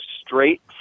straight